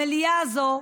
המליאה הזו,